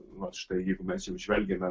vat štai jeigu mes jau žvelgiame